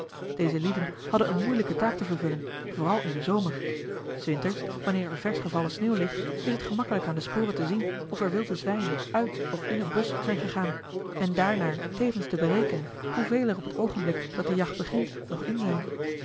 deze lieden hadden eene moeilijke taak te vervullen vooral in den zomer s winters wanneer er versch gevallen sneeuw ligt is het gemakkelijk aan de sporen te zien of er wilde zwijnen uit of in een bosch zijn gegaan en daarnaar tevens te berekenen hoeveel er op het oogenblik dat de jacht begint nog in zijn